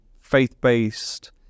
faith-based